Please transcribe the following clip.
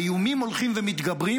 האיומים הולכים ומתגברים,